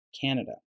Canada